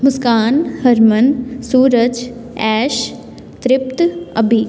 Muskan Harman Suraj Ash Tript Abi